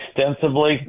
extensively